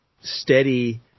steady